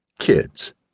kids